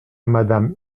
madame